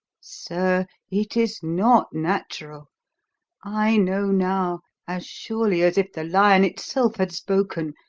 sir, it is not natural i know now, as surely as if the lion itself had spoken,